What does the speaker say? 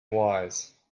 wise